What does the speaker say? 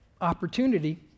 opportunity